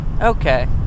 Okay